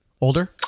Older